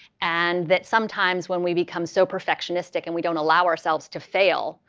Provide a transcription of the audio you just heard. and that sometimes when we become so perfectionistic and we don't allow ourselves to fail,